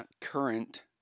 current